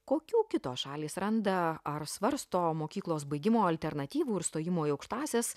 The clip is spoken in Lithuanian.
kokių kitos šalys randa ar svarsto mokyklos baigimo alternatyvų ir stojimo į aukštąsias